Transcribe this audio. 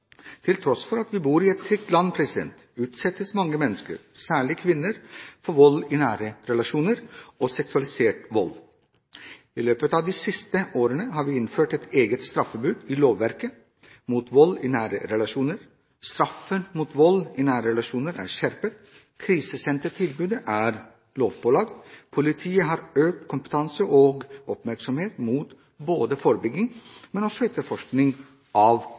Til tross for at vi bor i et fritt land, utsettes mange mennesker, særlig kvinner, for vold i nære relasjoner og seksualisert vold. I løpet av de siste årene har vi innført et eget straffebud i lovverket mot vold i nære relasjoner. Straffen mot vold i nære relasjoner er skjerpet, krisesentertilbud er lovpålagt, politiet har økt kompetanse og oppmerksomhet mot både forebygging og etterforskning av